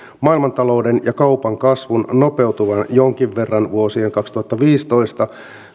maailmantalouden ja kaupan kasvun nopeutuvan jonkin verran vuosien kaksituhattaviisitoista